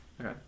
Okay